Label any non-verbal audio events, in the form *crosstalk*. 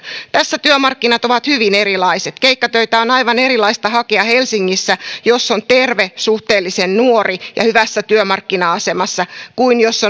tässä työmarkkinat ovat hyvin erilaiset keikkatöitä on aivan erilaista hakea helsingissä jos on terve suhteellisen nuori ja hyvässä työmarkkina asemassa kuin jos *unintelligible*